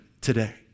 today